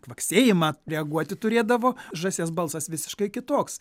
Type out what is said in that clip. kvaksėjimą reaguoti turėdavo žąsies balsas visiškai kitoks